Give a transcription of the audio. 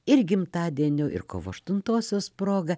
ir gimtadieniu ir kovo aštuntosios proga